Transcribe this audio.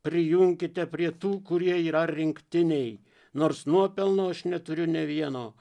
prijunkite prie tų kurie yra rinktinėj nors nuopelno aš neturiu ne vieno